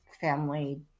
family